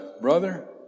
Brother